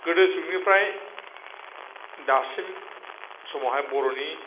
गोदो जुगनिफ्राय दासिम समावहाय बर'नि